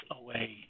away